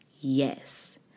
Yes